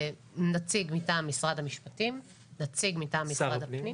נציג מטעם משרד המשפטים, נציג מטעם משרד הפנים.